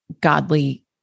godly